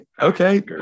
Okay